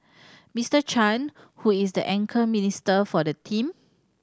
Mister Chan who is the anchor minister for the team